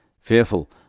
fearful